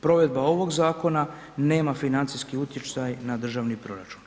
Provedba ovog zakona nema financijski utjecaj na državni proračun.